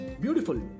Beautiful